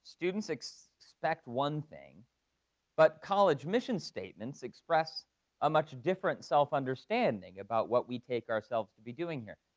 students expect one thing but college mission statements express a much different self-understanding about what we take ourselves to be doing here.